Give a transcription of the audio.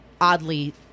oddly